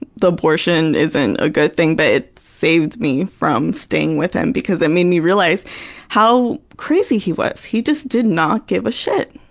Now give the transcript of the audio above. the abortion isn't a good thing, but it saved me from staying with him because it made me realize how crazy he was. he just did not give a shit.